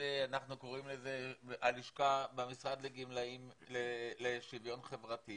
במשרד לשוויון חברתי